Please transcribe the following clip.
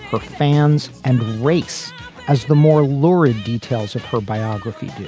her fans and race as the more lurid details of her biography. do